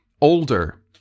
older